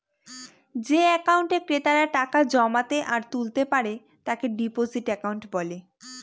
যে একাউন্টে ক্রেতারা টাকা জমাতে আর তুলতে পারে তাকে ডিপোজিট একাউন্ট বলে